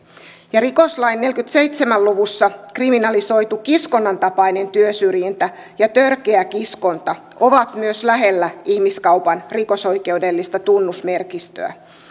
ja rikoslain neljässäkymmenessäseitsemässä luvussa kriminalisoitu kiskonnan tapainen työsyrjintä ja törkeä kiskonta ovat myös lähellä ihmiskaupan rikosoikeudellista tunnusmerkistöä